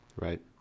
Right